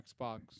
Xbox